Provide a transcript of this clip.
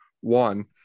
one